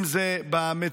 אם זה במציאות